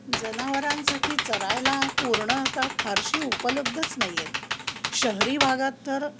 जनावरांसाठी चरायला कुरणं आता फारशी उपलब्धच नाही आहेत शहरी भागात तर